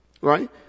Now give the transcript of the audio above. Right